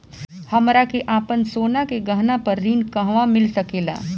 हमरा के आपन सोना के गहना पर ऋण कहवा मिल सकेला?